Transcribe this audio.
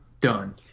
done